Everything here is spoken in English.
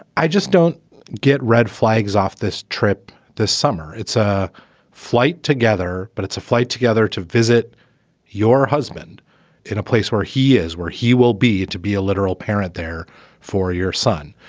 i just don't get red flags off this trip this summer. it's a flight together, but it's a flight together to visit your husband in a place where he is where he will be to be a literal parent there for your son.